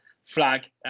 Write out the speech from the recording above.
flag